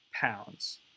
pounds